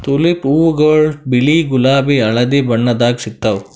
tulip ಹೂವಾಗೊಳ್ ಬಿಳಿ ಗುಲಾಬಿ ಹಳದಿ ಬಣ್ಣದಾಗ್ ಸಿಗ್ತಾವ್